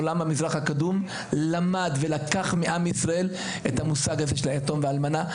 עולם המזרח הקדום למד ולקח מעם ישראל את המושג הזה של היתום והאלמנה.